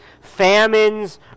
famines